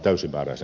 herra puhemies